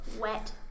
Wet